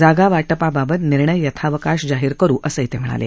जागा वाटपाबाबत निर्णय यथावकाश जाहीर करु असं ते म्हणाले